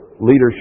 leadership